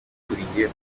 babwiye